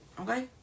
Okay